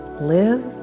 Live